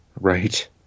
Right